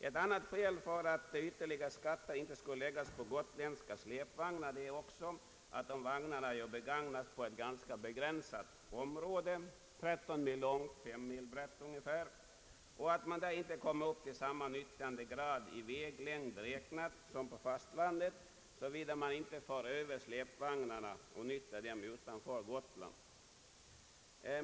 Ett annat skäl för att ytterligare skatter inte bör läggas på gotländska släpvagnar är att dessa vagnar begagnas på ett område som är ganska begränsat — ungefär 13 mil långt och 5 mil brett — och att man där inte kommer upp till samma nyttjandegrad i väglängd räknat som på fastlandet, såvida man inte för över släpvagnen till fastlandet och nyttjar den utanför Gotland.